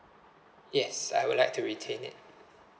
yes I would like to retain it